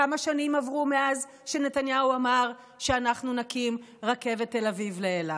כמה שנים עברו מאז שנתניהו אמר שאנחנו נקים רכבת תל אביב אילת?